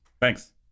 Thanks